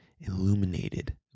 illuminated